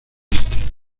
este